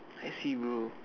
I see bro